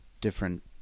different